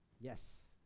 Yes